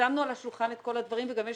שמנו על השולחן את כל הדברים וגם יש